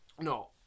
No